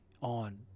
on